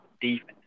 defense